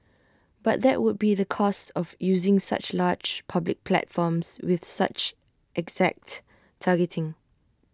but that would be the cost of using such large public platforms with such exact targeting